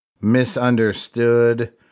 Misunderstood